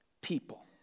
people